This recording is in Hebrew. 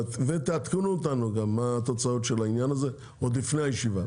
ותעדכנו אותנו גם מה התוצאות של העניין הזה עוד לפני הישיבה.